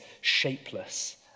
shapeless